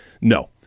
no